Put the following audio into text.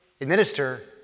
administer